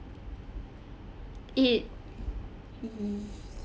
it !ee!